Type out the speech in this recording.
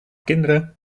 kinderen